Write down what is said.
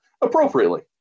appropriately